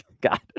God